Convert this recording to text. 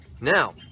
now